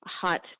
hot